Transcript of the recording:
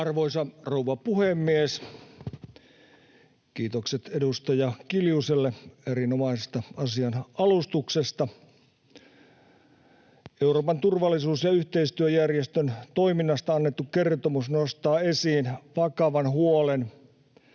Arvoisa rouva puhemies! Kiitokset edustaja Kiljuselle erinomaisesta asian alustuksesta. Euroopan turvallisuus- ja yhteistyöjärjestön toiminnasta annettu kertomus nostaa esiin vakavan huolen